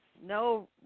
no